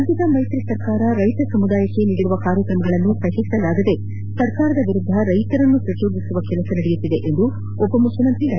ರಾಜ್ಞದ ಮೈತ್ರಿ ಸರ್ಕಾರ ರೈತ ಸಮುದಾಯಕ್ಕೆ ನೀಡಿರುವ ಕಾರ್ಯಕ್ರಮಗಳನ್ನು ಸಹಿಸಲಾಗದೆ ಸರ್ಕಾರದ ವಿರುದ್ದ ರೈತರನ್ನು ಪ್ರಚೋದಿಸುವ ಕೆಲಸ ನಡೆಯುತ್ತಿದೆ ಎಂದು ಉಪಮುಖ್ಯಮಂತ್ರಿ ಡಾ